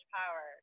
power